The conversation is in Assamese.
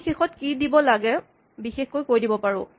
আমি শেষত কি দিব লাগে বিশেষ কৈ কৈ দিব পাৰোঁ